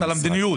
ולדימיר.